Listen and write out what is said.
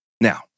Now